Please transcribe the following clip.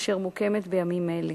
אשר מוקמת בימים אלה,